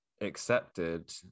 accepted